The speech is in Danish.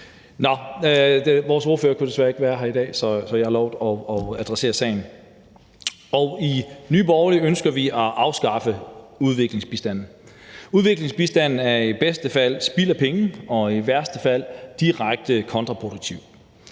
Vores ordfører kunne desværre ikke være her i dag, så jeg har lovet at adressere sagen. I Nye Borgerlige ønsker vi at afskaffe udviklingsbistanden. Udviklingsbistanden er i bedste fald spild af penge og i værste fald direkte kontraproduktiv.